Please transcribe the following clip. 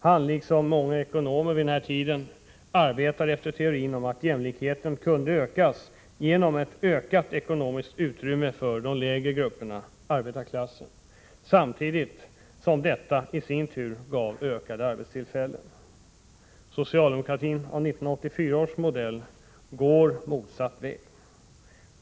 Han, liksom många ekonomer vid den tiden, arbetade efter teorin om att jämlikheten kunde ökas genom ett ökat ekonomiskt utrymme för de lägre grupperna, för arbetarklassen, samtidigt som detta i sin tur gav fler arbetstillfällen. Socialdemokratin av 1984 års modell går motsatt väg.